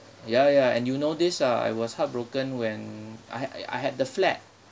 ya ya and you know this ah I was heartbroken when I had I had the flat